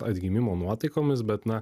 atgimimo nuotaikomis bet na